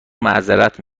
معذرت